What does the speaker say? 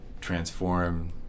transform